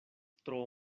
tro